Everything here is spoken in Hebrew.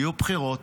יהיו בחירות.